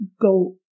go